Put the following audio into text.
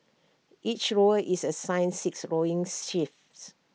each rower is assigned six rowing shifts